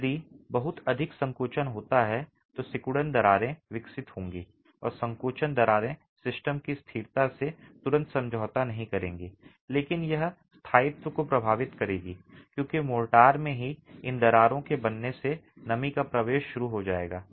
यदि बहुत अधिक संकोचन होता है तो सिकुड़न दरारें विकसित होंगी और संकोचन दरारें सिस्टम की स्थिरता से तुरंत समझौता नहीं करेंगी लेकिन यह स्थायित्व को प्रभावित करेगी क्योंकि मोर्टार में ही इन दरारों के बनने से नमी का प्रवेश शुरू हो जाएगा